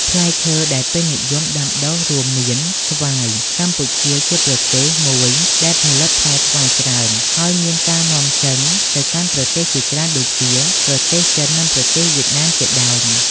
ផ្លែឈើដែលពេញនិយមដាំដុះរួមមានស្វាយ កម្ពុជាជាប្រទេសមួយដែលផលិតផ្លែស្វាយច្រើន ហើយមានការនាំចេញទៅកាន់ប្រទេសជាច្រើនដូចជា ប្រទេសចិន និងប្រទេសវៀតណាមជាដើម។